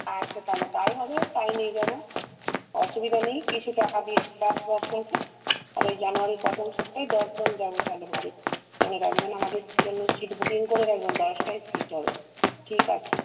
আচ্ছা তাহলে তাই হবে তাই নিয়ে যাব অসুবিধা নেই কিছু টাকা দিয়ে তাহলে ওই জানুয়ারির প্রথম সপ্তাহে দশজন যাব তাহলে বাড়ির মনে রাখবেন আমাদের জন্য সিট বুকিং করে রাখবেন দশটাই সিট হবে ঠিক আছে